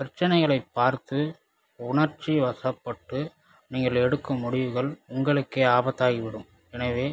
பிரச்சினைகளை பார்த்து உணர்ச்சி வசபட்டு நீங்கள் எடுக்கும் முடிவுகள் உங்களுக்கே ஆபத்தாகிவிடும் எனவே